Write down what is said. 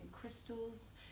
crystals